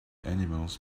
animals